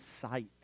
sight